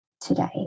today